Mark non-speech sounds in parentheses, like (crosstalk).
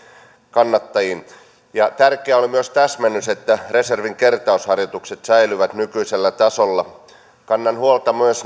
kannattajiin tärkeä oli myös täsmennys että reservin kertausharjoitukset säilyvät nykyisellä tasolla kannan huolta myös (unintelligible)